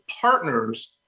partners